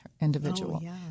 individual